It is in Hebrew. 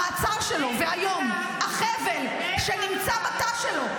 המעצר שלו והיום החבל שנמצא בתא שלו,